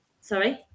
Sorry